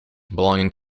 belonging